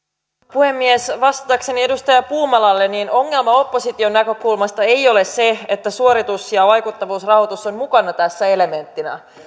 puhemies vastatakseni edustaja puumalalle ongelma opposition näkökulmasta ei ole se että suoritus ja vaikuttavuusrahoitus on mukana tässä elementtinä